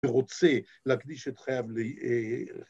‫רוצה להקדיש את חייו...